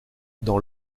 dans